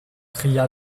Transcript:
cria